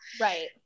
Right